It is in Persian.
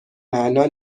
معنا